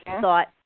thought